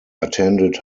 attended